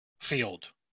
field